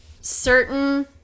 certain